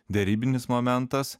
derybinis momentas